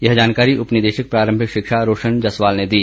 यह जानकारी उपनिदेशक प्रारम्भिक शिक्षा रोशन जसवाल ने दी